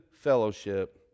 fellowship